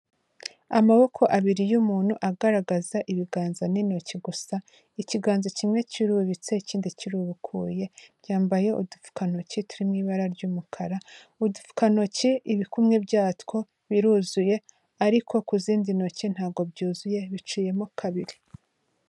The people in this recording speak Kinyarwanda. Amaboko abiri y'umuntu agaragaza ibiganza n'intoki gusa, ikiganza kimwe kirubitse ikindi kirubukuye, byambaye udupfukantoki turi mu ibara ry'umukara, udupfukantoki ibikumwe byatwo biruzuye ariko ku zindi ntoki ntabwo byuzuye biciyemo kabiri.